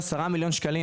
עשרה מיליון שקלים,